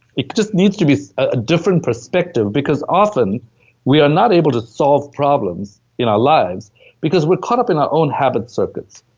it just needs to be a different perspective, because often we are not able to solve problems in our lives because we're caught up in our own habit circuits.